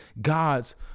God's